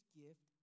gift